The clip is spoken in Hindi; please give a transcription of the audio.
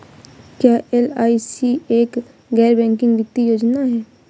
क्या एल.आई.सी एक गैर बैंकिंग वित्तीय योजना है?